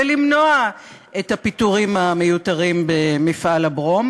ולמנוע את הפיטורים המיותרים במפעל הברום.